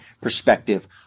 perspective